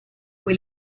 cui